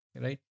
Right